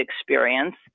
experience